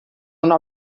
una